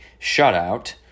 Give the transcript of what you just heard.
shutout